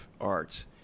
art